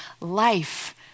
life